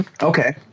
Okay